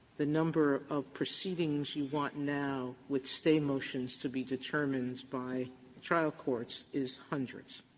the number of proceedings you want now with stay motions to be determined by trial courts is hundreds,